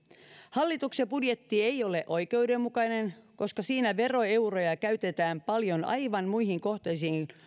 hallituksen budjetti ei ole oikeudenmukainen koska siinä veroeuroja käytetään paljon aivan muihin kohteisiin